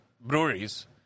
breweries